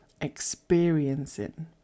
experiencing